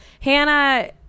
Hannah